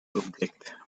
object